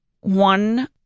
one